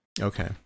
Okay